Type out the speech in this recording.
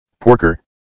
Porker